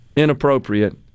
inappropriate